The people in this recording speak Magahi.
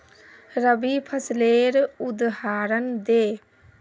रवि फसलेर उदहारण दे?